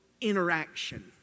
interaction